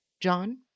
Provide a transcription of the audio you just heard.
John